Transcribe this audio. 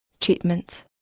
treatment